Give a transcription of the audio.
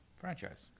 franchise